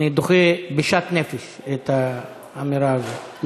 אני דוחה בשאט נפש את האמירה הזאת.